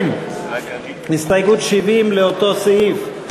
70, הסתייגות 70 לאותו סעיף.